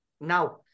now